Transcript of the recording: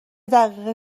دقیقه